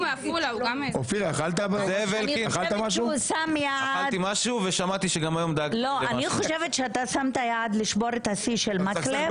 אני חושבת ששמת יעד לשבור את השיא של מקלב.